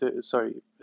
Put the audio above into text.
sorry